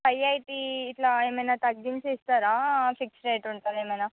five eighty ఇలా ఏమైనా తగ్గించి ఇస్తారా ఫిక్స్డ్ రేట్ ఉంటుందా ఎమైనా